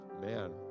man